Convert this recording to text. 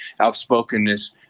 outspokenness